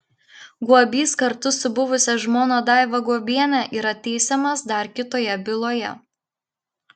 guobys kartu su buvusia žmona daiva guobiene yra teisiamas dar kitoje byloje